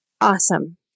Awesome